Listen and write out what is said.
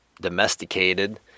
domesticated